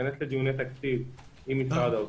ניכנס לדיוני תקציב עם משרד האוצר,